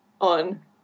on